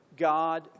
God